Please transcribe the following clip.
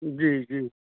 जी जी